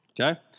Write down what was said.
Okay